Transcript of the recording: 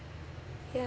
ya